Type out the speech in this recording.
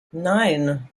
nine